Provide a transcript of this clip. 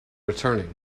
returning